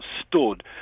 stood